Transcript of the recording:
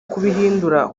kubihindura